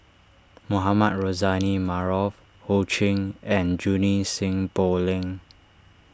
Mohamed Rozani Maarof Ho Ching and Junie Sng Poh Leng